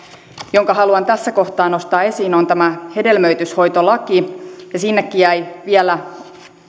jonka haluan tässä kohtaa nostaa esiin on tämä hedelmöityshoitolaki sinnekin jäi vielä